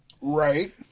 Right